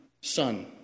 Son